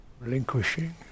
Relinquishing